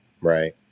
right